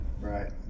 Right